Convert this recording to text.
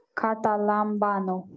katalambano